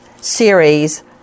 series